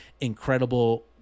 incredible